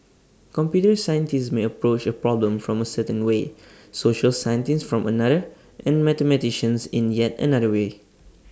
computer scientists may approach A problem from A certain way social scientists from another and mathematicians in yet another way